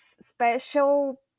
special